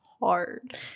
hard